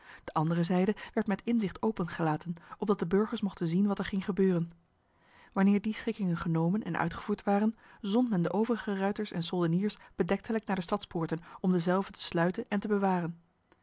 de andere zijde werd met inzicht opengelaten opdat de burgers mochten zien wat er ging gebeuren wanneer die schikkingen genomen en uitgevoerd waren zond men de overige ruiters en soldeniers bedektelijk naar de stadspoorten om dezelve te sluiten en te bewaren